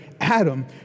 Adam